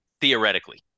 theoretically